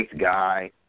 guy